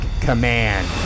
command